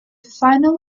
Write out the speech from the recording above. final